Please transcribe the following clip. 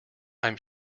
i’m